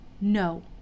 No